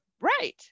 right